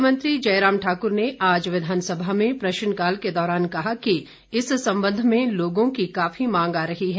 मुख्यमंत्री जयराम ठाकुर ने आज विधानसभा में प्रश्नकाल के दौरान कहा कि इस संबंध में लोगों की काफी मांग आ रही है